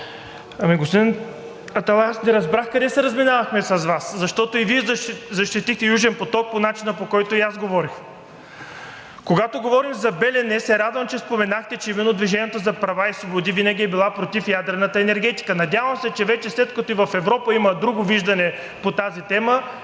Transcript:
Господин Аталай, аз не разбрах къде се разминавахме с Вас, защото и Вие защитихте Южен поток по начина, по който и аз говорих. Когато говорим за „Белене“, се радвам, че споменахте, че именно „Движение за права и свободи“ винаги е било против ядрената енергетика. Надявам се, че вече, след като и в Европа има друго виждане по тази тема,